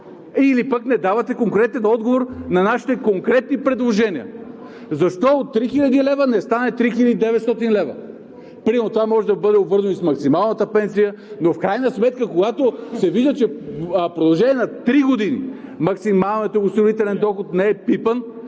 или пък не давате конкретен отговор на нашите конкретни предложения – защо от 3000 лв. да не стане 3900 лв.? Примерно това може да бъде обвързано и с максималната пенсия. В крайна сметка, когато се вижда, че в продължение на три години максималният осигурителен доход не е пипан,